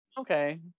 Okay